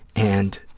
and